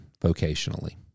vocationally